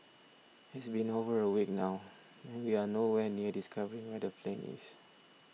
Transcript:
it's been over a week now and we are no where near discovering where the plane is